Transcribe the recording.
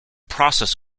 process